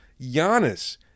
Giannis